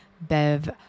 Bev